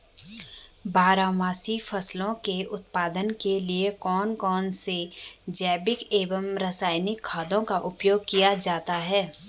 बारहमासी फसलों के उत्पादन के लिए कौन कौन से जैविक एवं रासायनिक खादों का प्रयोग किया जाता है?